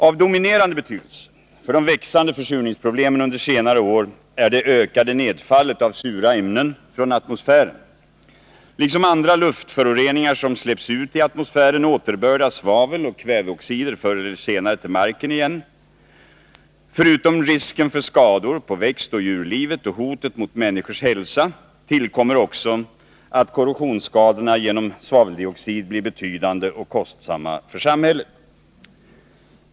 Den dominerande faktorn när det gäller de växande försurningsproblemen under senare år är det ökade nedfallet av sura ämnen från atmosfären. Liksom andra luftföroreningar som släpps ut i atmosfären återbördas svavel och kväveoxider förr eller senare till marken igen. Förutom risken för skador på växtoch djurlivet och hotet mot människors hälsa tillkommer också att korrosionsskadorna genom svaveldioxid blir betydande och kostsamma för samhället.